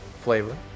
flavor